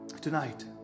Tonight